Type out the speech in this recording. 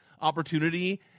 opportunity